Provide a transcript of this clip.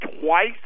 twice